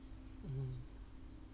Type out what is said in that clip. mm